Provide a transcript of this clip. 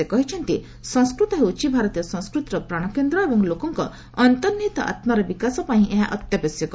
ସେ କହିଛନ୍ତି ସଂସ୍କୃତ ହେଉଛି ଭାରତୀୟ ସଂସ୍କୃତିର ପ୍ରାଣକେନ୍ଦ୍ର ଏବଂ ଲୋକଙ୍କ ଅନ୍ତର୍ନିହିତ ଆତ୍ମାର ବିକାଶ ପାଇଁ ଏହା ଅତ୍ୟାବଶ୍ୟକ